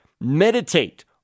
Meditate